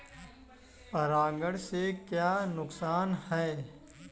परागण से क्या क्या नुकसान हैं?